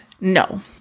no